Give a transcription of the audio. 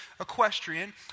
equestrian